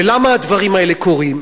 ולמה הדברים האלה קורים?